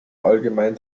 allgemein